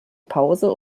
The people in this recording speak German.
pause